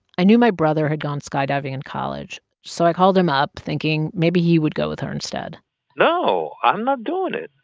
i knew my brother had gone skydiving in college, so i called him up thinking maybe he would go with her instead no, i'm not doing it.